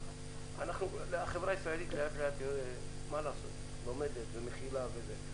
החברה הישראלית לאט-לאט לומדת ומכילה וכולי.